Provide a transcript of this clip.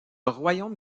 royaume